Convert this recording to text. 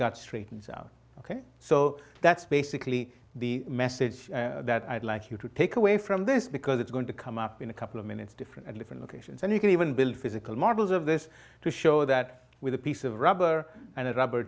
gut straightens out ok so that's basically the message that i'd like you to take away from this because it's going to come up in a couple of minutes different at different locations and you can even build physical models of this to show that with a piece of rubber